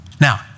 Now